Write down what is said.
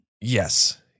Yes